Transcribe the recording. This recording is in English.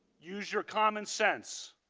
use your common sense.